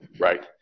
right